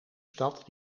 stad